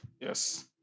yes